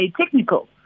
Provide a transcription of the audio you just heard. Technical